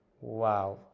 Wow